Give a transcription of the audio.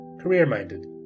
career-minded